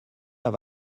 have